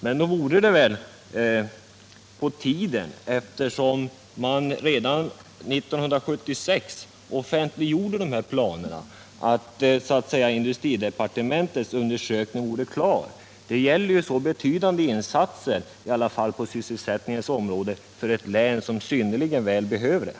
Men nog vore det väl på tiden att industridepartementets undersökning nu skulle vara avslutad, eftersom dessa planer offentliggjordes redan 1976. Det gäller ändå betydande insatser på sysselsättningens område för ett län och en kommun som synnerligen väl behöver sådana.